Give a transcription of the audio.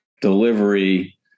delivery